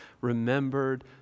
remembered